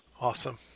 Awesome